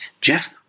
Jeff